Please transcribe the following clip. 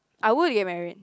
I would get married